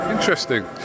Interesting